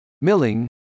milling